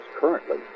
currently